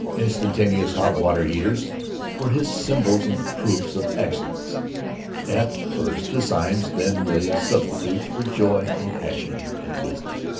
instantaneous hot-water heaters were his symbols and proofs of excellence at first the signs, then the substitutes, for joy and passion and wisdom.